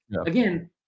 again